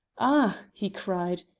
ah! he cried.